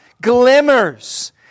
glimmers